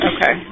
Okay